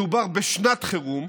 מדובר בשנת חירום,